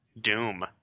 Doom